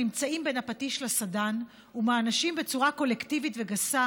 נמצאים בין הפטיש לסדן ומוענשים בצורה קולקטיבית וגסה